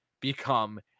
become